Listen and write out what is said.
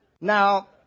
Now